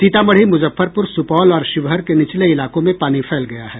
सीतामढ़ी मुजफ्फरपुर सुपौल और शिवहर के निचले इलाकों में पानी फैल गया है